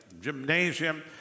gymnasium